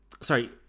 Sorry